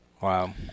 Wow